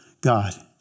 God